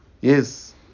Yes